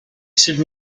should